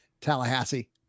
tallahassee